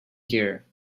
here